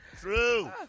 True